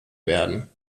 werden